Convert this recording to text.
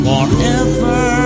Forever